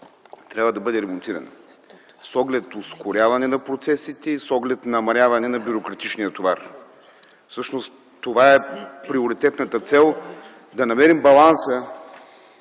трябва да бъде ремонтирана с оглед ускоряване на процесите и намаляване на бюрократичния товар. Всъщност това е приоритетната цел – да намерим баланса